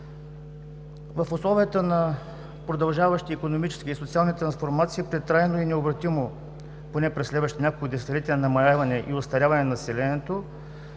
В условията на продължаваща икономическа и социална трансформация при трайно и необратимо, поне през следващите няколко десетилетия, намаляване и остаряване на населението